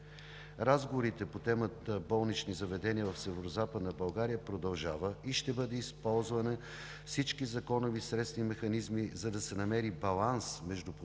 Разговорите по темата „Болнични заведения в Северозападна България“ продължава и ще бъдат използвани всички законови средства и механизми, за да се намери баланс между потребностите